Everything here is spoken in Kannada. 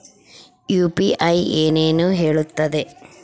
ಯು.ಪಿ.ಐ ಏನನ್ನು ಹೇಳುತ್ತದೆ?